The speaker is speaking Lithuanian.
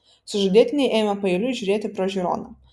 sužadėtiniai ėmė paeiliui žiūrėti pro žiūroną